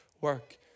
work